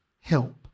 help